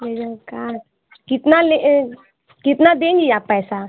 laser का कितना लें कितना देंगी आप पैसा